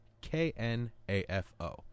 K-N-A-F-O